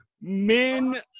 Men